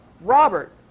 Robert